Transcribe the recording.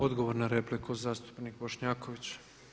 Odgovor na repliku zastupnik Bošnjaković.